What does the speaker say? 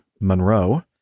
Monroe